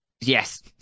Yes